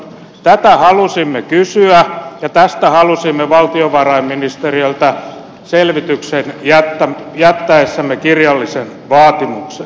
tätä halusimme kysyä ja tästä halusimme valtiovarainministeriöltä selvityksen jättäessämme kirjallisen vaatimuksen